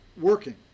working